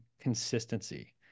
consistency